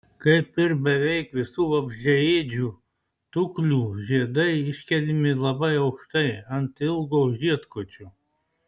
kaip ir beveik visų vabzdžiaėdžių tuklių žiedai iškeliami labai aukštai ant ilgo žiedkočio